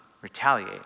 retaliate